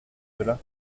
cela